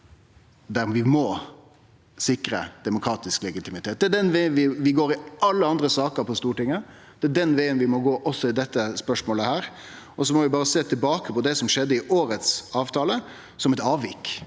der vi må sikre demokratisk legitimitet. Det er den vegen vi går i alle andre saker på Stortinget, det er den vegen vi må gå også i dette spørsmålet, og så må vi berre sjå tilbake på det som skjedde i årets avtale, som eit avvik